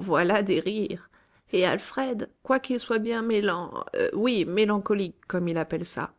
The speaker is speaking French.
voilà des rires et alfred quoiqu'il soit bien mélan oui mélancolique comme il appelle ça